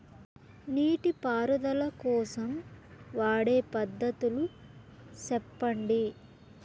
నీటి పారుదల కోసం వాడే పద్ధతులు సెప్పండి?